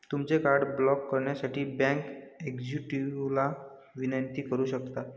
तुमचे card block करण्यासाठी bank एक्झिक्युटिव्हला विनंती करू शकता